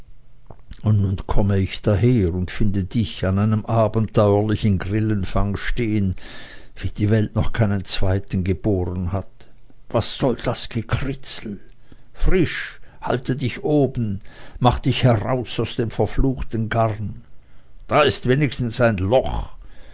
und nun komme ich daher und finde dich an einem abenteuerlichen grillenfang stehen wie die welt vielleicht noch keinen zweiten geboren hat was soll das gekritzel frisch halte dich oben mache dich heraus aus dem verfluchten garne da ist wenigstens ein loch